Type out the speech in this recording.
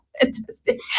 Fantastic